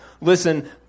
Listen